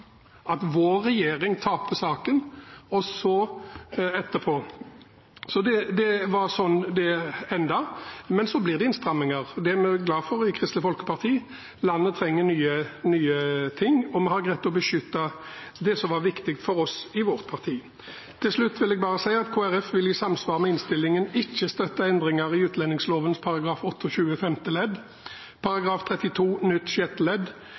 glad for i Kristelig Folkeparti. Landet trenger nye ting, og vi har greid å beskytte det som var viktig for oss i vårt parti. Til slutt vil jeg bare si at Kristelig Folkeparti vil i samsvar med innstillingen ikke støtte endringer i utlendingslovens § 28 femte ledd, § 32 nytt